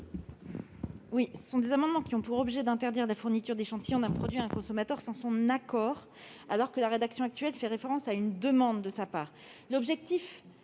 Gouvernement ? Ces amendements ont pour objet d'interdire la fourniture d'échantillons d'un produit à un consommateur sans son « accord », alors que la rédaction actuelle fait référence à une « demande » de sa part.